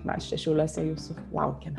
mes čia šiauliuose jūsų laukiame